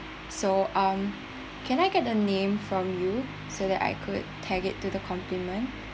so um can I get a name from you so that I could tag it to the compliment